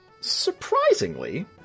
Surprisingly